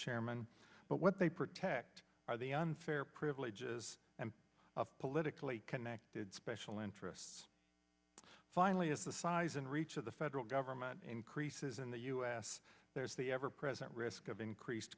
chairman but what they protect are the unfair privileges and politically connected special interests finally as the size and reach of the federal government increases in the u s there's the ever present risk of increased